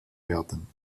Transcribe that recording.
werden